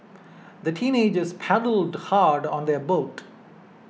the teenagers paddled hard on their boat